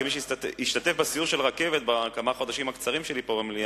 כמי שהשתתף בסיור של הרכבת בחודשים הקצרים שלי פה במליאה,